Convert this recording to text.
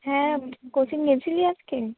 হ্যাঁ কোচিং গিয়েছিলি আজকে